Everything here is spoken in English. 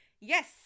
Yes